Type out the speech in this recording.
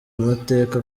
amateka